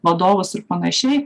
vadovus ir panašiai